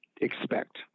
expect